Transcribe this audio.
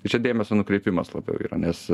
čia dėmesio nukreipimas labiau yra nes